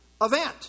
event